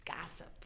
gossip